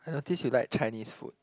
I notice you like Chinese food